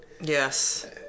Yes